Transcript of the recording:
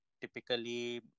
Typically